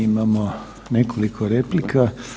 Imamo nekoliko replika.